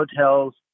hotels